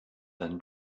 than